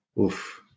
Oof